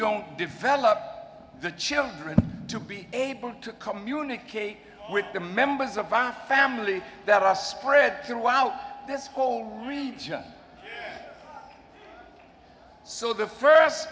don't develop the children to be able to communicate with the members of my family that are spread throughout this whole region so the first